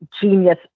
genius